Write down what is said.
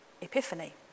epiphany